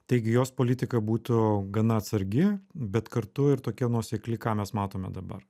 taigi jos politika būtų gana atsargi bet kartu ir tokia nuosekli ką mes matome dabar